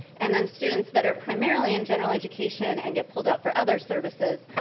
and then students that are primarily in general education and get pulled out for other services,